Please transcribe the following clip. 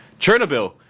Chernobyl